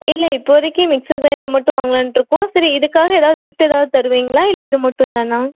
இல்லை இப்போதிக்கு mixer grinder மட்டும் வாங்கலான்டுருக்கோம் சரி இதுக்காக ஏதாவது கிஃப்ட் ஏதாவது தருவிங்களா இல்லை இது மட்டும் தானா